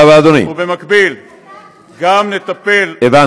האיומים, ובכך אם נידרש גם בהגנה, וגם,